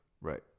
Right